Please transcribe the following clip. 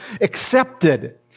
accepted